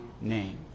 name